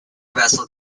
vessel